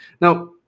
Now